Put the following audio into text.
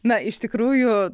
na iš tikrųjų